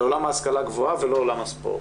על עולם ההשכלה הגבוהה ולא על עולם הספורט.